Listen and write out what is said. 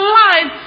life